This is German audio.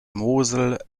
mosel